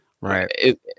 Right